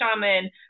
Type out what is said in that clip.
shaman